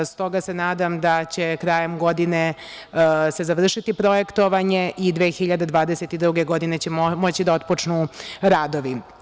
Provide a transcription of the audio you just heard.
Stoga se nadam da će se krajem godine završiti projektovanje i 2022. godine moći će da otpočnu radovi.